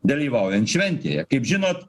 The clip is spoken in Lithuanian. dalyvaujant šventėje kaip žinot